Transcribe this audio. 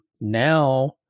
now